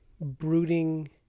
brooding